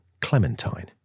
Clementine